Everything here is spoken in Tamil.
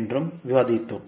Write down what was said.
என்றும் விவாதித்தோம்